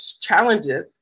challenges